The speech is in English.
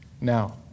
Now